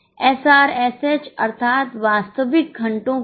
SRH के साथ